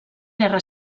guerra